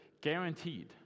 guaranteed